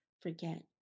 forget